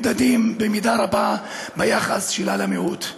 נמדדים במידה רבה ביחס שלה למיעוט.